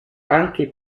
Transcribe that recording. anche